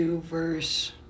verse